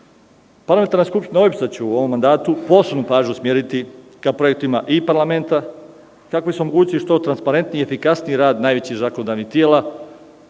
život. Parlamentarna skupština OEBS u ovom mandatu posebnu pažnju će usmeriti ka projektima I parlamenta, kako bi se omogućili što transparentiji i efikasniji rad najvećih zakonodavnih tela